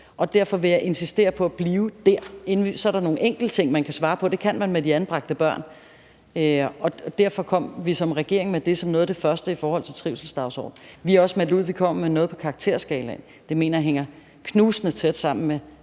Derfor vil jeg insistere på at blive dér. Så er der nogle enkelte ting, man kan svare på. Det kan man, når det er om de anbragte børn. Derfor kom vi som regering med det som noget af det første i forhold til trivselsdagsordenen. Vi har også meldt ud, at vi kommer med noget om karakterskalaen. Det mener jeg hænger knusende tæt sammen med